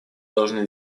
должны